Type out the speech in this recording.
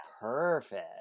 perfect